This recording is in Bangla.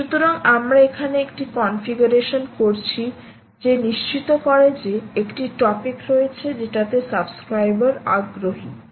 সুতরাং আমরা এখানে একটি কনফিগারেশন করছি যে নিশ্চিত করে যে একটা টপিক রয়েছে যেটাতে সাবস্ক্রাইবার আগ্রহী